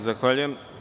Zahvaljujem.